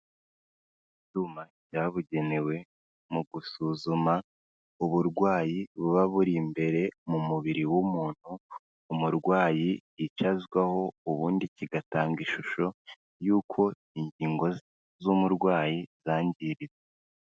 Ibyuma byabugenewe mu gusuzuma uburwayi buba buri imbere mu mubiri w'umuntu, umurwayi yicazwaho ubundi kigatanga ishusho y'uko ingingo z'umurwayi zangiritse.